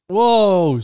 Whoa